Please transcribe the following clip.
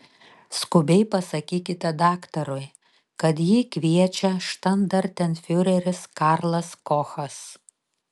skubiai pasakykite daktarui kad jį kviečia štandartenfiureris karlas kochas